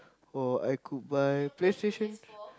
or I could buy PlayStation